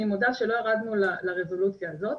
אני מודה שלא ירדנו לרזולוציה הזאת.